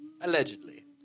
Allegedly